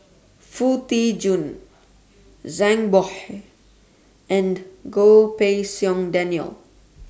Foo Tee Jun Zhang Bohe and Goh Pei Siong Daniel